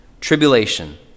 tribulation